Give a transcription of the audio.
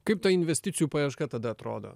kaip ta investicijų paieška tada atrodo